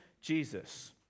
Jesus